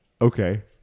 Okay